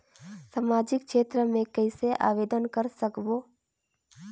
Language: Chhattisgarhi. समाजिक क्षेत्र मे कइसे आवेदन कर सकबो?